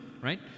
Right